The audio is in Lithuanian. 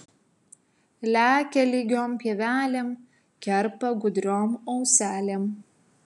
lekia lygiom pievelėm kerpa gudriom auselėm